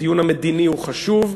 הדיון המדיני הוא חשוב,